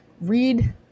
read